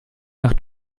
nach